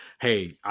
hey